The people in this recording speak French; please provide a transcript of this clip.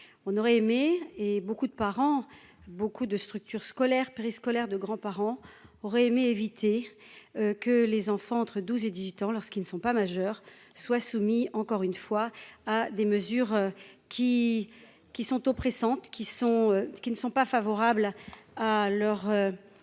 on aurait aimé et beaucoup de parents, beaucoup de structures scolaires, périscolaires de grands-parents auraient aimé éviter que les enfants entre 12 et 18 ans lorsqu'ils ne sont pas majeurs soit soumis, encore une fois, à des mesures qui qui sont oppressante, qui sont, qui ne sont pas favorables à leur